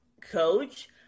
coach